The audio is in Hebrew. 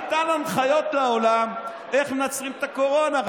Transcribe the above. נתן הנחיות לעולם איך מנצחים את הקורונה.